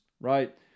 right